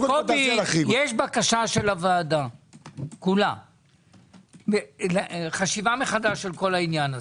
יש בקשה של הוועדה כולה - חשיבה מחדש על כל העניין הזה.